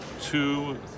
two